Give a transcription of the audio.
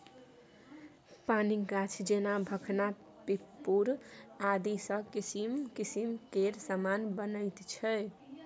पानिक गाछ जेना भखना पिपुर आदिसँ किसिम किसिम केर समान बनैत छै